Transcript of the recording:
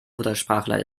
muttersprachler